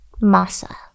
Massa